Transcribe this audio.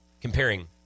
Comparing